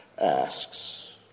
asks